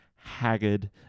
haggard